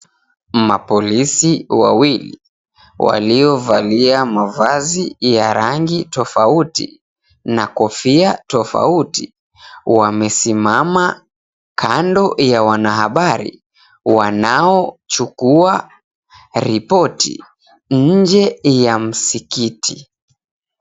Mapolisi wawili waliovalia mavazi ya rangi tofauti na kofia tofauti wamesimama kando ya wanahabari wanaochukua ripoti nje ya msikiti.